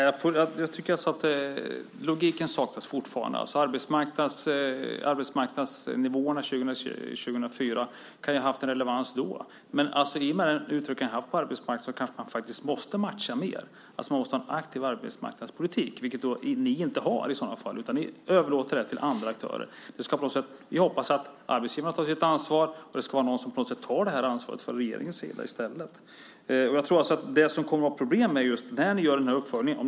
Fru talman! Jag tycker att logiken fortfarande brister. Arbetsmarknadsnivåerna 2003-2004 kan ha haft relevans då, men i och med den utökning vi haft av arbetsmarknaden kanske man måste matcha mer. Man måste ha en aktiv arbetsmarknadspolitik, vilket alliansen inte har, utan de överlåter den till andra aktörer. De hoppas att arbetsgivarna tar sitt ansvar, men det borde faktiskt finnas någon som tar det ansvaret från regeringens sida. Det som kommer att bli ett problem är när uppföljningen görs, om ni nu vågar göra den.